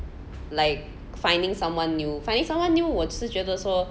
like finding someone new finding someone new 我只是觉得说